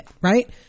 right